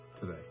today